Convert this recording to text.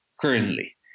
Currently